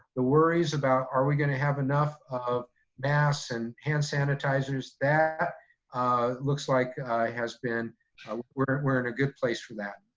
the worries about are we gonna have enough of masks and hand sanitizers, that ah looks like has been, we're in a good place for that.